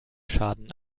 schaden